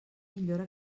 millora